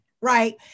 right